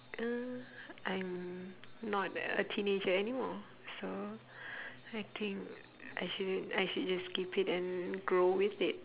uh I'm not a teenager anymore so I think I should I should just keep it and grow with it